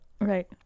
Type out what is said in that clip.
Right